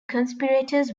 conspirators